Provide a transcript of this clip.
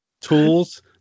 Tools